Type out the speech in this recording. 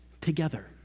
together